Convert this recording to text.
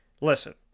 Listen